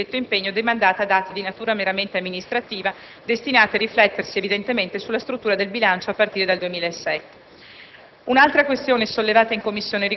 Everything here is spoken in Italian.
mentre sembra prefigurarsi un'attuazione del suddetto impegno demandata ad atti di natura meramente amministrativa, destinati a riflettersi evidentemente sulla struttura del bilancio a partire dal 2007.